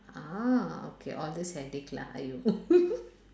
ah okay all the selling lah !aiyo!